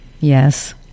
Yes